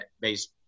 based